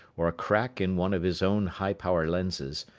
or a crack in one of his own high-power lenses,